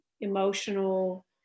emotional